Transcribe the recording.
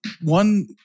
One